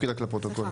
ותפקיד לפרוטוקול.